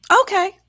Okay